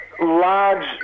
large